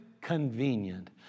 convenient